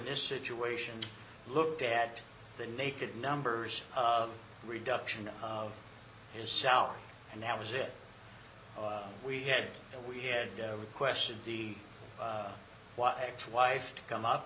this situation looked at the naked numbers of reduction of his shower and that was it we had we had requested the ex wife to come up